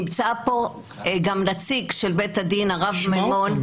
נמצא פה גם נציג של בית הדין --- נשמע אותו.